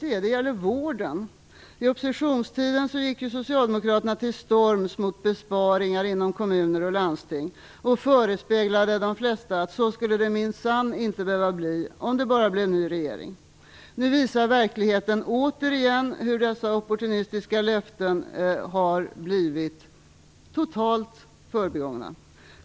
Det gäller vården. Under oppositionstiden gick socialdemokraterna till storms mot besparingar inom kommuner och landsting och förespeglade de flesta att så skulle det minsann inte behöva bli om det bara blev en ny regering. Nu visar verkligheten återigen hur dessa opportunistiska löften har blivit totalt förbigångna.